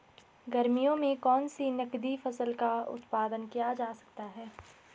गर्मियों में कौन सी नगदी फसल का उत्पादन किया जा सकता है?